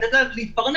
תנו להם להתפרנס.